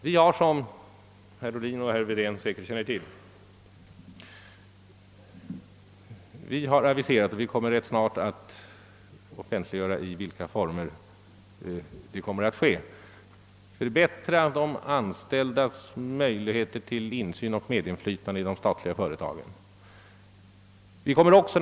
Vi har, såsom herrar Ohlin och Wedén säkerligen känner till, aviserat att vi skall förbättra de anställdas möjligheter till insyn och medinflytande i de statliga företagen. Vi kommer också snart att offentliggöra i vilka former detta skall ske.